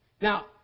Now